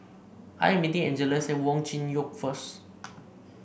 I am meeting Angeles at Wong Chin Yoke Road first